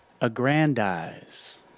Aggrandize